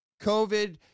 COVID